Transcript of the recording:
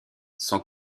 sont